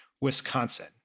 Wisconsin